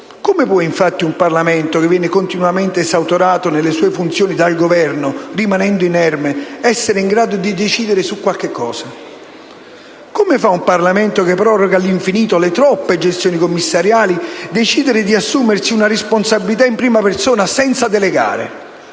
Come può, infatti, un Parlamento che viene continuamente esautorato nelle sue funzioni dal Governo, rimanendo inerme, essere in grado di decidere su qualcosa? Come fa un Parlamento che proroga all'infinito le troppe gestioni commissariali decidere di assumersi una responsabilità in prima persona, senza delegare?